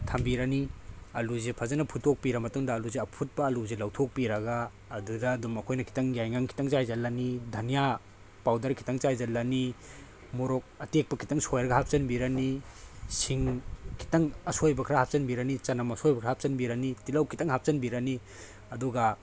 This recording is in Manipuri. ꯊꯝꯕꯤꯔꯅꯤ ꯑꯂꯨꯁꯦ ꯐꯖꯅ ꯐꯨꯠꯇꯣꯛꯄꯤꯔ ꯃꯇꯨꯡꯗ ꯑꯂꯨꯁꯦ ꯑꯐꯨꯠꯄ ꯑꯂꯨꯁꯦ ꯂꯧꯊꯣꯛꯄꯤꯔꯒ ꯑꯗꯨꯗ ꯑꯗꯨꯝ ꯑꯩꯈꯣꯏꯅ ꯈꯤꯇꯪ ꯌꯥꯏꯉꯪ ꯈꯤꯇꯪ ꯆꯥꯏꯁꯤꯜꯂꯅꯤ ꯙꯟꯅꯤꯌꯥ ꯄꯥꯎꯗꯔ ꯈꯤꯇꯪ ꯆꯥꯏꯁꯤꯜꯂꯅꯤ ꯃꯣꯔꯣꯛ ꯑꯇꯦꯛꯄ ꯈꯤꯇꯪ ꯁꯣꯏꯔꯒ ꯍꯥꯞꯆꯤꯟꯕꯤꯔꯅꯤ ꯁꯤꯡ ꯈꯤꯇꯪ ꯑꯁꯣꯏꯕ ꯈꯔ ꯍꯥꯞꯆꯤꯟꯕꯤꯔꯅꯤ ꯆꯅꯝ ꯑꯁꯣꯏꯕ ꯈꯔ ꯍꯥꯞꯆꯤꯟꯕꯤꯔꯅꯤ ꯇꯤꯜꯂꯧ ꯈꯤꯇꯪ ꯍꯥꯞꯆꯤꯟꯕꯤꯔꯅꯤ ꯑꯗꯨꯒ